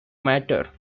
matter